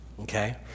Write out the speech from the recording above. Okay